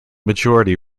majority